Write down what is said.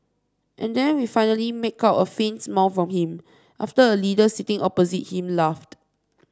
and then we finally make out a faint smile from him after a leader sitting opposite him laughed